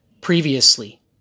previously